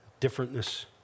differentness